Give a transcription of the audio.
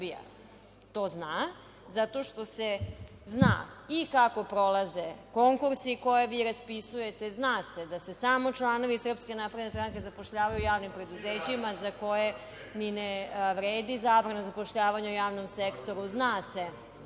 to zna, zato što se zna i kako prolaze konkursi koje vi raspisujete, zna se da se samo članovi SNS zapošljavaju u javnim preduzećima za koje ne vredi zabrana zapošljavanja u javnom sektoru, zna se